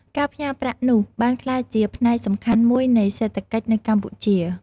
ការផ្ញើប្រាក់នោះបានក្លាយជាផ្នែកសំខាន់មួយនៃសេដ្ឋកិច្ចនៅកម្ពុជា។